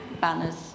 banners